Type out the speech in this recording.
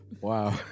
wow